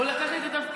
הוא לקח לי את התפקיד.